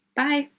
bye.